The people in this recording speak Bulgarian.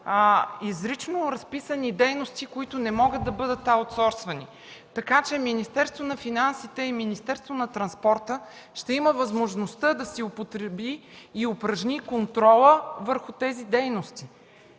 изрично разписани дейности, които не могат да бъдат аутсорсвани. Така че Министерството на финансите и Министерството на транспорта ще имат възможността да си употребят и упражнят контрола върху тези дейности.